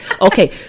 Okay